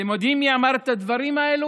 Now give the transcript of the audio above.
אתם יודעים מי אמר את הדברים האלה?